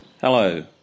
Hello